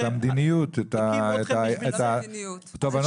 מעניין אותנו המדיניות ואת התובנות